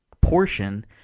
portion